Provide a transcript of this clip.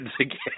again